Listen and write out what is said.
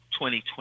2020